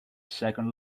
second